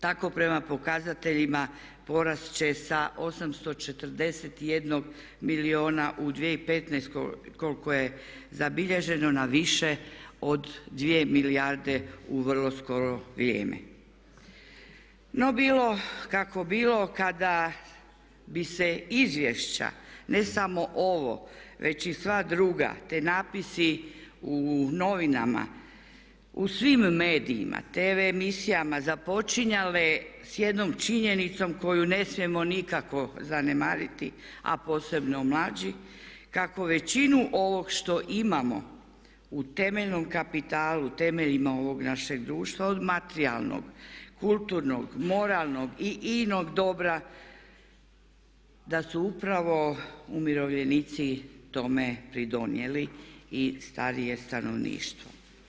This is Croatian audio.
Tako prema pokazateljima porast će sa 841 milijuna u 2015.koliko je zabilježeno na više od 2 milijarde u vrlo skoro vrijeme No bilo kako bilo kada bi se izvješća ne samo ovo već i sva druga te napisi u novinama, u svim medijima, tv emisijama započinjale s jednom činjenicu koju ne smijemo nikako zanemariti a posebno mlađi kako većinu ovog što imamo u temeljnom kapitalu, temeljima ovog naše društva od materijalnog, kulturnog, moralnog i inog dobra da su upravo umirovljenici tome doprinijeli i starije stanovništvo.